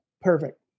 perfect